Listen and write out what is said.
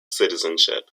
citizenship